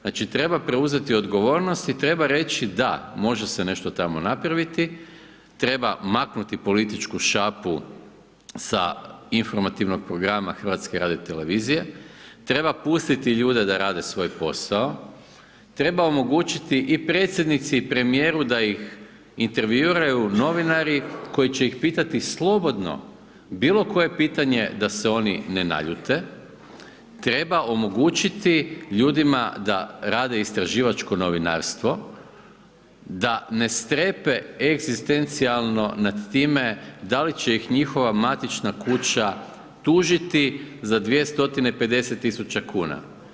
Znači treba preuzeti odgovornost i treba reći da, može se nešto tamo napraviti, treba maknuti politički šapu sa informativnog programa HRT-, treba pustiti ljude da rade svoj posao, treba omogućiti i Predsjednici i premijeru da ih intervjuiraju novinari koji će ih pitati slobodno bilokoje pitanje da se oni ne naljute, treba omogućiti ljudima da rade istraživačko novinarstvo, da ne strepe egzistencijalno nad time da li će ih njihova matična kuća tužiti za 250 000 kn.